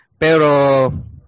Pero